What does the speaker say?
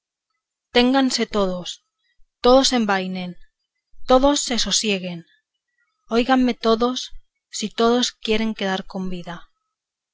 ténganse todos todos envainen todos se sosieguen óiganme todos si todos quieren quedar con vida